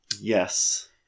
yes